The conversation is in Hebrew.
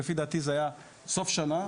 לפי דעתי זה היה סוף שנה,